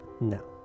No